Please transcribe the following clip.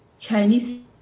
Chinese